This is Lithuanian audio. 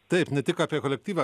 taip ne tik apie kolektyvą